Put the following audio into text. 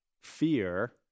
fear